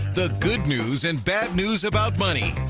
the good news and bad news about money.